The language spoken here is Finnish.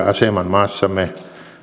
aseman maassamme